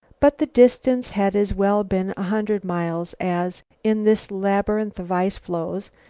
but the distance had as well been a hundred miles as, in this labyrinth of ice-floes,